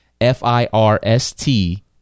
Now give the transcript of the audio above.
F-I-R-S-T